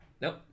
Nope